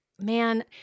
man